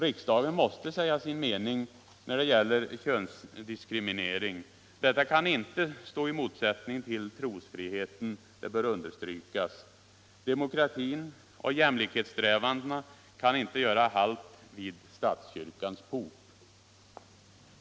Riksdagen måste säga sin mening när det gäller könsdiskriminering. Detta kan inte stå i motsättning till trosfriheten — det bör understrykas. Demokratin och jämlikhetssträvandena kan inte göra halt vid statskyrkans port.